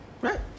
Right